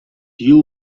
duel